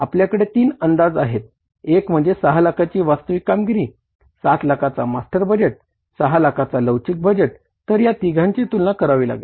आपल्याकडे तीन अंदाज आहेत एक म्हणजे 6 लाखाची वास्तविक कामगिरी 7 लाखाचा मास्टर बजेट 6 लाखाचा लवचिक बजेट तर या तिघांची तुलना करावी लागेल